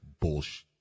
bullshit